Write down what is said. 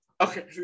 okay